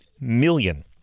million